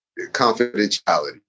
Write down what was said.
confidentiality